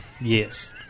Yes